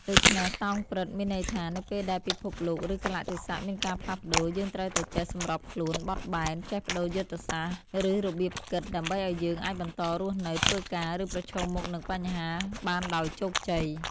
ដូច្នេះ "តោងព្រឹត្តិ" មានន័យថា នៅពេលដែលពិភពលោក ឬកាលៈទេសៈមានការផ្លាស់ប្តូរ យើងត្រូវតែចេះ សម្របខ្លួន បត់បែន ចេះប្តូរយុទ្ធសាស្ត្រ ឬរបៀបគិត ដើម្បីឱ្យយើងអាចបន្តរស់នៅ ធ្វើការ ឬប្រឈមមុខនឹងបញ្ហាបានដោយជោគជ័យ។